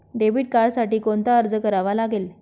Debit कार्डसाठी कोणता अर्ज करावा लागेल?